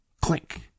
Click